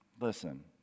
Listen